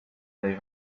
they